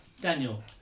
Daniel